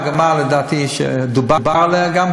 לדעתי, זו המגמה שגם דובר עליה.